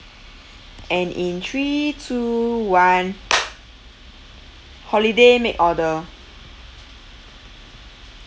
and in three two one holiday make order